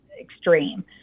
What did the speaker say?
extreme